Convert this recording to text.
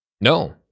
No